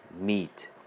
meat